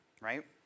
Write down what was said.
right